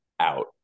out